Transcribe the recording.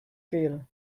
feel